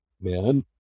man